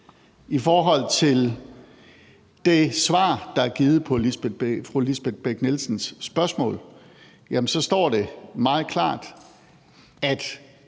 I forhold til det svar, der er givet på fru Lisbeth Bech-Nielsens spørgsmål, står det meget klart, at